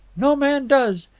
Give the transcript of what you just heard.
no man does.